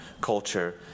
culture